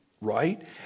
right